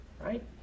right